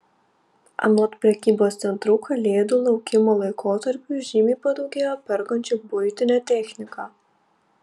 anot prekybos centrų kalėdų laukimo laikotarpiu žymiai padaugėjo perkančių buitinę techniką